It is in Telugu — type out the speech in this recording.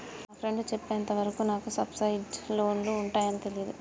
మా ఫ్రెండు చెప్పేంత వరకు నాకు సబ్సిడైజ్డ్ లోన్లు ఉంటయ్యని తెలీదు